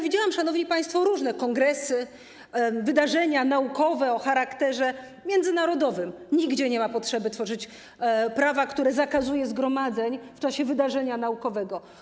Widziałam, szanowni państwo, różne kongresy, wydarzenia naukowe o charakterze międzynarodowym i nigdzie nie ma potrzeby tworzyć prawa, które zakazuje zgromadzeń w czasie wydarzenia naukowego.